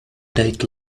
date